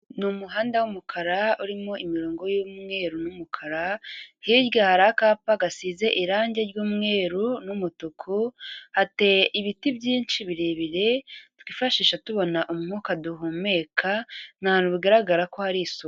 Ni umuhanda w'umukara urimo imirongo y'umweru n'umukara, hirya harikapa gasize irangi ry'umweru n'umutuku, hateye ibiti byinshi birebire twifashisha tubona umwuka duhumeka, ni ahantu bigaragara ko hari isuku.